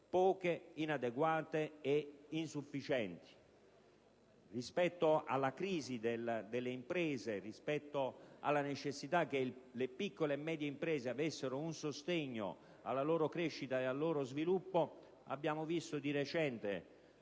poche, inadeguate e insufficienti. Rispetto alla crisi delle imprese e alla necessità che le piccole e medie imprese avessero un sostegno alla loro crescita e al loro sviluppo, abbiamo assistito